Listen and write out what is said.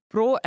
Pro